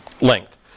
length